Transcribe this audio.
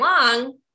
long